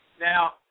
Now